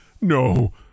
No